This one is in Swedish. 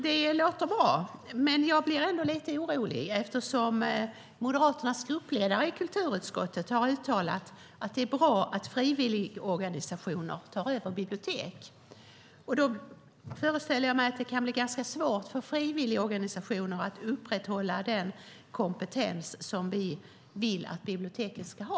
Det låter bra, men jag blir ändå lite orolig eftersom Moderaternas gruppledare i kulturutskottet har uttalat att det är bra att frivilligorganisationer tar över bibliotek. Jag föreställer mig att det kan bli ganska svårt för frivilligorganisationerna att upprätthålla den kompetens som vi vill att biblioteken ska ha.